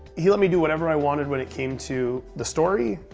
he let me do whatever i wanted when it came to the story,